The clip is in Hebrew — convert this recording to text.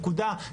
נקודה.